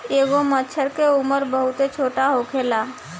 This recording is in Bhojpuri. एगो मछर के उम्र बहुत छोट होखेला